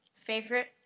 Favorite